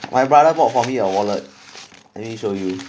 my brother bought for me a wallet let me show you